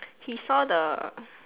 he saw the